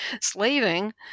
slaving